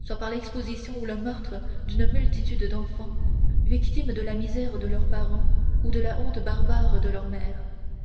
soit par l'exposition ou le meurtre d'une multitude d'enfants victimes de la misère de leurs parents ou de la honte barbare de leurs mères